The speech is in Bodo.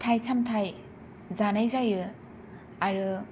फिथाइ सामथाइ जानाय जायो आरो